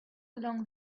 along